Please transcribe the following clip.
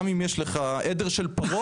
גם אם יש לך עדר של פרות,